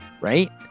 right